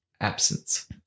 absence